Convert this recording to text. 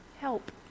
help